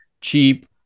cheap